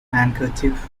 handkerchief